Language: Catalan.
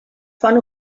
font